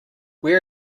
where